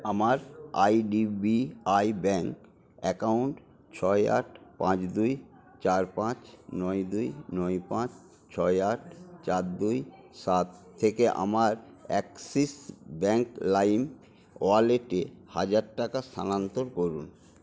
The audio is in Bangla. আমার আইডিবিআই ব্যাংক অ্যাকাউন্ট ছয় আট পাঁচ দুই চার পাঁচ নয় দুই নয় পাঁচ ছয় আট চার দুই সাত থেকে আমার অ্যাক্সিস ব্যাংক লাইম ওয়ালেটে হাজার টাকা স্থানান্তর করুন